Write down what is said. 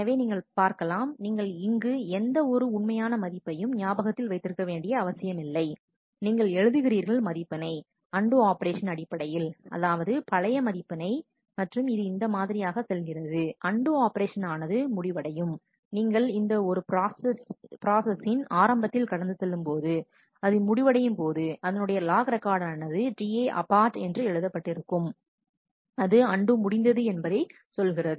எனவே நீங்கள் பார்க்கலாம் நீங்கள் இங்கு எந்த ஒரு உண்மையான மதிப்பையும் ஞாபகத்தில் வைத்திருக்க வேண்டிய அவசியம் இல்லை நீங்கள் எழுதுகிறீர்கள் மதிப்பினை அண்டு ஆபரேஷன் அடிப்படையில் அதாவது பழைய மதிப்பினை மற்றும் இது இந்த மாதிரியாக செல்கிறது அண்டு ஆபரேஷன் ஆனது முடிவடையும் நீங்கள் இந்த ஒரு ப்ராஸசின் ஆரம்பத்தில் கடந்து செல்லும்போது அது முடிவடையும் போது அதனுடைய லாக் ரெக்கார்ட் ஆனது TiAbort என்று எழுதப்பட்டிருக்கும் அது அண்டு முடிந்தது என்பதை சொல்கிறது